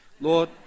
Lord